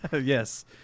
Yes